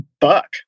buck